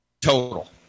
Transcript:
total